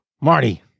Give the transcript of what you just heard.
Marty